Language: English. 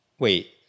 Wait